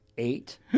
eight